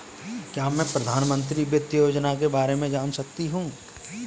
क्या मैं प्रधानमंत्री वित्त योजना के बारे में जान सकती हूँ?